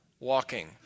walking